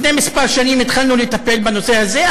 לפני כמה שנים התחלנו לטפל בנושא הזה,